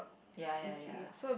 ya ya ya